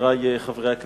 חברי חברי הכנסת,